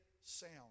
sound